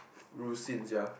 Ru-Xin sia